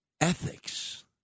Ethics